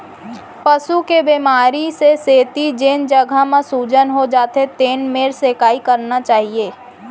पसू के बेमारी के सेती जेन जघा म सूजन हो जाथे तेन मेर सेंकाई करना चाही